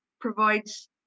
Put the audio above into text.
provides